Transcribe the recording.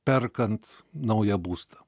perkant naują būstą